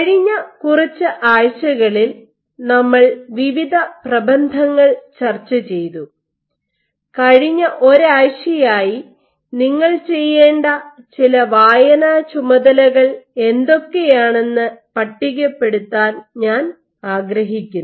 കഴിഞ്ഞ കുറച്ച് ആഴ്ചകളിൽ നമ്മൾ വിവിധ പ്രബന്ധങ്ങൾ ചർച്ചചെയ്തു കഴിഞ്ഞ ഒരാഴ്ചയായി നിങ്ങൾ ചെയ്യേണ്ട ചില വായനാ ചുമതലകൾ എന്തൊക്കെയാണെന്ന് പട്ടികപ്പെടുത്താൻ ഞാൻ ആഗ്രഹിക്കുന്നു